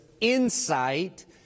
insight